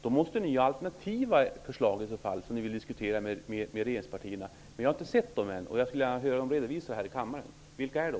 Ni måste i så fall ha alternativa förslag som ni vill diskutera med regeringspartierna, men jag har inte sett dem än. Jag skulle gärna vilja ha dem redovisade här i kammaren. Vilka är de?